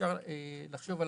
כשאפשר לחשוב על